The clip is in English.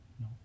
No